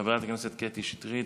חברת הכנסת קטי שטרית,